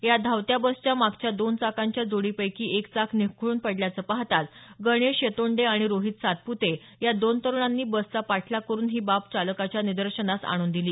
या धावत्या बसच्या मागच्या दोन चाकांच्या जोडीपैकी एक चाक निखळून पडल्याचं पाहताच गणेश यतोंडे आणि रोहित सातप्ते या दोन तरुणांनी बसचा पाठलाग करून ही बाब चालकाच्या निदर्शनास आणून दिली